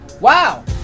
wow